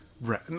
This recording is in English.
Right